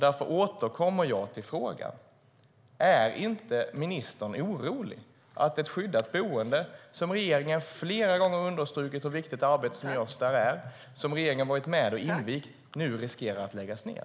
Därför återkommer jag till frågan: Är inte ministern orolig när ett skyddat boende, vars arbete regeringen flera gånger har understrukit som viktigt och som man dessutom varit med och invigt, nu riskerar att läggas ned?